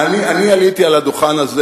אדוני היושב-ראש,